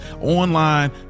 online